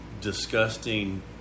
disgusting